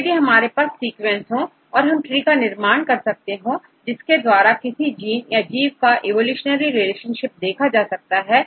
तो यदि हमारे पास सीक्वेंसेस हो तो हम ट्री का निर्माण कर सकते हैं जिसके द्वारा किसी जीन या जीव का इवोल्यूशनरी रिलेशनशिप्स देखा जा सकते हैं